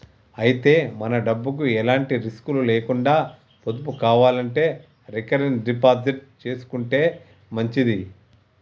అయితే మన డబ్బుకు ఎలాంటి రిస్కులు లేకుండా పొదుపు కావాలంటే రికరింగ్ డిపాజిట్ చేసుకుంటే మంచిది